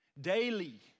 daily